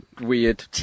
weird